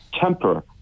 temper